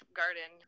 garden